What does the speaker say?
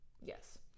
Yes